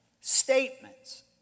statements